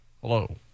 Hello